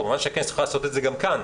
כמובן שהכנסת יכולה לעשות את זה גם כאן,